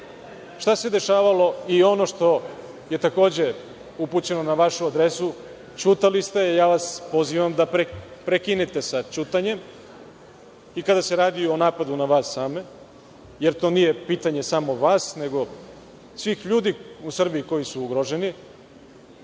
u ovom ciklusu. Ono što je takođe upućeno na vašu adresu, ćutali ste, i ja vas pozivam da prekinete sa ćutanjem, i kada se radi o napadu na vas same, jer to nije pitanje samo vas, nego svih ljudi u Srbiji koji su ugroženi,